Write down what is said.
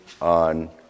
on